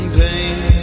pain